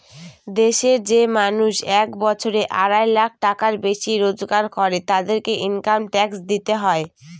দেশের যে মানুষ এক বছরে আড়াই লাখ টাকার বেশি রোজগার করে, তাদেরকে ইনকাম ট্যাক্স দিতে হয়